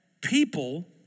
people